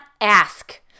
ask